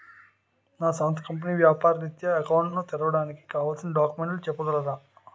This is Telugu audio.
నా సంస్థ కంపెనీ వ్యాపార రిత్య అకౌంట్ ను తెరవడానికి కావాల్సిన డాక్యుమెంట్స్ చెప్పగలరా?